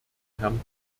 herrn